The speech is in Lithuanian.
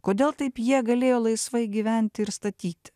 kodėl taip jie galėjo laisvai gyventi ir statyti